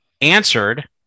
answered